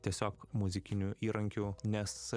tiesiog muzikinių įrankių nes